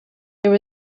there